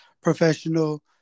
professional